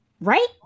Right